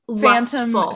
phantom